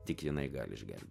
tik jinai gali išgelbit